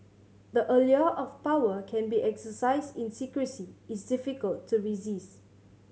the allure of power can be exercised in secrecy is difficult to resist